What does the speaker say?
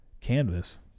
canvas